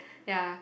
ya